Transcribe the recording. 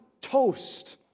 Toast